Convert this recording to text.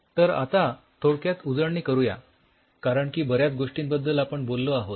तर आता थोडक्यात उजळणी करू या कारण की बऱ्याच गोष्टींबद्दल आपण बोललो आहोत